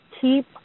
keep